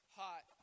hot